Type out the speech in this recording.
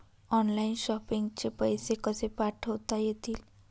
Online shopping चे पैसे कसे पाठवता येतील?